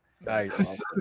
nice